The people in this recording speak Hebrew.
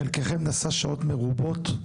חלקכם נסע שעות מרובות.